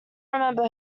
remember